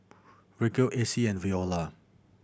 Ryleigh Acy and Veola